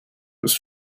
was